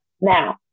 Now